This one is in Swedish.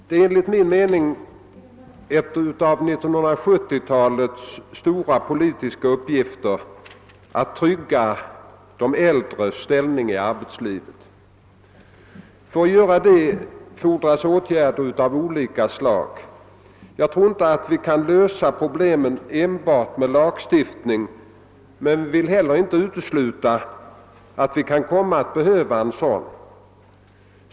Det är enligt min mening en av 1970 talets stora politiska uppgifter att trygga de äldres ställning i arbetslivet. För att göra det fordras åtgärder av olika slag. Jag tror inte att vi kan lösa problemen enbart med lagstiftning men vill inte heller utesluta att vi kan komma att behöva en sådan.